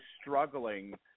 struggling